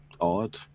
odd